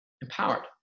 empowered